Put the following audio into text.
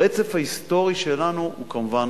הרצף ההיסטורי שלנו הוא כמובן